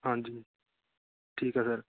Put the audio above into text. ਹਾਂਜੀ ਠੀਕ ਆ ਸਰ